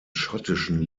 schottischen